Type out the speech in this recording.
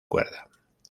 cuerda